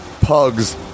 pugs